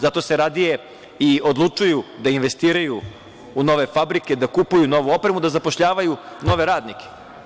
Zato se radije i odlučuju da investiraju u nove fabrike, da kupuju novu opremu, da zapošljavaju nove radnike.